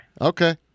Okay